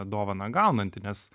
dovaną gaunantį nes